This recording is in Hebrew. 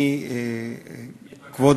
אני ממלא